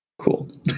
Cool